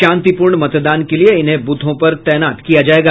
शांतिपूर्ण मतदान के लिए इन्हे बूथों पर तैनात किया जायेगा